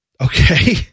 Okay